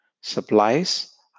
supplies